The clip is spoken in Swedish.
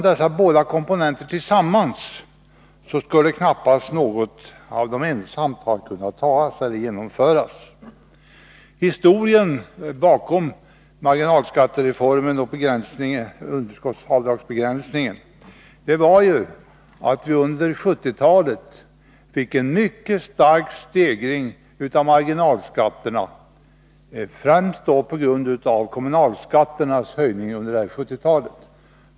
Dessa båda komponenter skulle knappast ha kunnat genomföras var för sig, utan måste genomföras tillsammans. Historien bakom marginalskattereformen och underskottsavdragsbegränsningen var ju att vi under 1970-talet fick en mycket stark stegring av marginalskatterna, främst på grund av kommunalskattehöjningar.